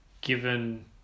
given